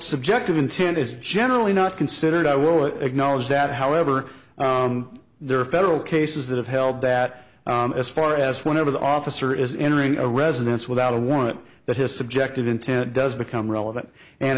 subjective intent is generally not considered i will acknowledge that however there are federal cases that have held that as far as whenever the officer is entering a residence without a warrant that his subjective intent does become relevant and